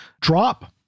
drop